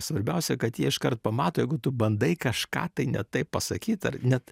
svarbiausia kad jie iškart pamato jeigu tu bandai kažką tai ne taip pasakyt ar net